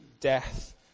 death